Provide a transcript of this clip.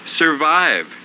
survive